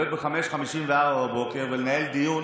להיות ב-05:54 ולנהל דיון